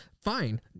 fine